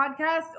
podcast